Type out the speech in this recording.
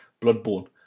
Bloodborne